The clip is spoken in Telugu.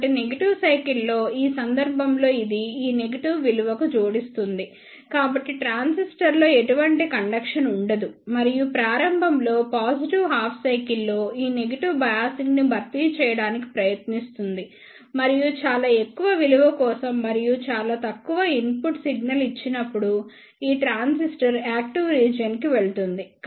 కాబట్టి నెగిటివ్ సైకిల్ లో ఈ సందర్భంలో ఇది ఈ నెగిటివ్ విలువకు జోడిస్తుంది కాబట్టి ట్రాన్సిస్టర్లో ఎటువంటి కండక్షన్ ఉండదు మరియు ప్రారంభంలో పాజిటివ్ హాఫ్ సైకిల్ లో ఈ నెగిటివ్ బయాసింగ్ ని భర్తీ చేయడానికి ప్రయత్నిస్తుంది మరియు చాలా ఎక్కువ విలువ కోసం మరియు చాలా తక్కువ ఇన్పుట్ సిగ్నల్ ఇచ్చినప్పుడు ఈ ట్రాన్సిస్టర్ యాక్టివ్ రీజియన్ కి వెళుతుంది